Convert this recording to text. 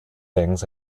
things